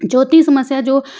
ਚੌਥੀ ਸਮੱਸਿਆ ਜੋ